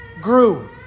grew